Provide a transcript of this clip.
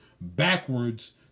backwards